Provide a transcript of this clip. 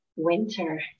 winter